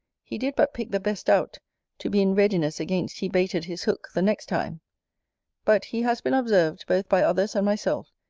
he did but pick the best out to be in readiness against he baited his hook the next time but he has been observed, both by others and myself,